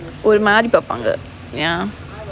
ஒரு மாறி பாப்பாங்க:oru maari paappaanga ya